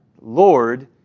Lord